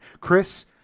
Chris